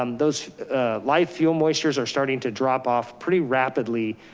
um those live fuel moistures are starting to drop off pretty rapidly.